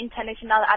international